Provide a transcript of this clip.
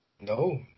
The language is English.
No